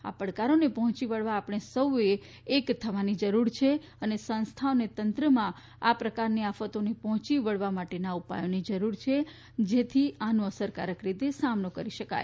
આ પડકારોને પહોંચી વળવા આપણે સૌ એ એક થવાની જરૂર છે અને સંસ્થાઓ અને તંત્રમાં આ પ્રકારની આફતોને પહોચી વળવા માટેના ઉપાયોની જરૂર છે જેથી આનો અસરકારક રીતે સામનો કરી શકાય